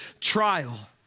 trial